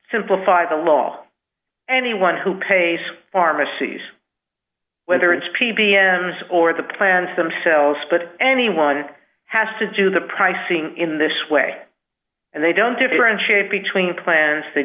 simplify the law anyone who pays pharmacies whether it's p b s or the plants themselves but anyone has to do the pricing in this way and they don't differentiate between plants they